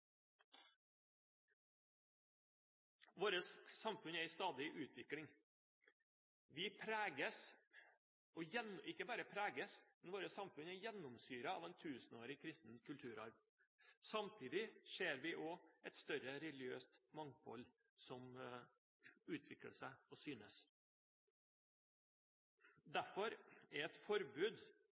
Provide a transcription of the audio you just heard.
vårt er i stadig utvikling. Vi ikke bare preges av den, men vårt samfunn er gjennomsyret av en tusenårig kristen kulturarv. Samtidig ser vi også et større religiøst mangfold som utvikler seg, og som synes. Derfor er et forbud